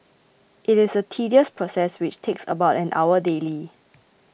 it is a tedious process which takes about an hour daily